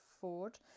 ford